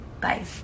Bye